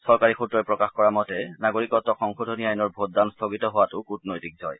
চৰকাৰী সূত্ৰই প্ৰকাশ কৰা মতে নাগৰিকত্ব সংশোধনী আইনৰ ভোটদান স্থগিত হোৱাতো কৃটনৈতিক জয়